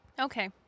Okay